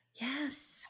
Yes